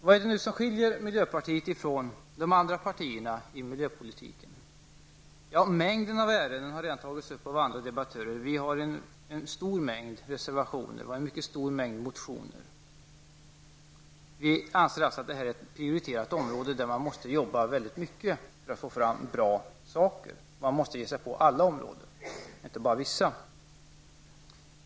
Vad är det nu som skiljer miljöpartiet från de andra partierna inom miljöpolitiken? Det är bl.a. mängden av ärenden, vilket redan har berörts av andra debattörer. Vi har avgett en stor mängd reservationer och väckt en stor mängd motioner. Vi anser att detta är ett prioriterat område där man måste jobba mycket hårt för att få fram bra saker, och man måste ge sig på alla områden, inte bara vissa.